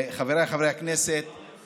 חבריי חברי הכנסת, פעם